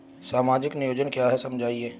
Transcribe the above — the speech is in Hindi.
सामाजिक नियोजन क्या है समझाइए?